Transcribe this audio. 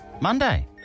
Monday